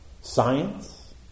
science